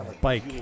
bike